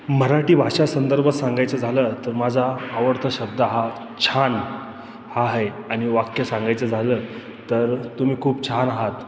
मराठी भाषा संदर्भात सांगायचं झालं तर माझा आवडता शब्द हा छान हा आहे आणि वाक्य सांगायचं झालं तर तुम्ही खूप छान आहात